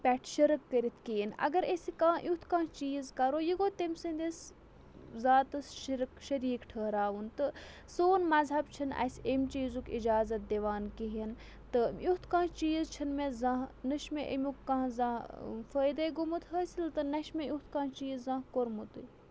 پٮ۪ٹھ شِرک کٔرِتھ کِہیٖنۍ اگر یہِ أسۍ کانٛہہ یُتھ کانٛہہ چیٖز کَرو یہِ گوٚو تٔمۍ سٕنٛدِس ذاتَس شِرک شریٖک ٹھٔہراوُن تہٕ سون مذہب چھُنہٕ اَسہِ اَمہِ چیٖزُک اِجازت دِوان کِہیٖنۍ تہٕ یُتھ کانٛہہ چیٖز چھِنہٕ مےٚ زانٛہہ نہ چھِ مےٚ اَمیُک کانٛہہ زانٛہہ فٲیدَے گوٚمُت حٲصِل تہٕ نہ چھِ مےٚ یُتھ کانٛہہ چیٖز زانٛہہ کوٚرمُتٕے